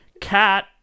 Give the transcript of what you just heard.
Cat